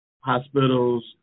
hospitals